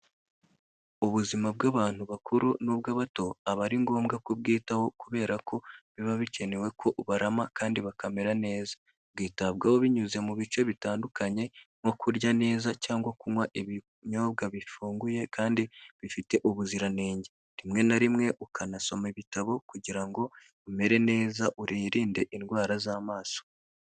Ubuzima bw'abantu bakuru n'ubwabato aba ari ngombwa kubyitaho kubera ko biba bikenewe ko barama kandi bakamera neza, bwitabwaho binyuze mu bice bitandukanye nko kurya neza cyangwa kunywa ibinyobwa bifunguye kandi bifite ubuziranenge, rimwe na rimwe ukanasoma ibitabo kugira ngo umere neza unirinde indwara z'amaso.